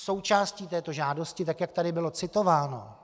Součástí této žádosti, tak jak tady bylo citováno,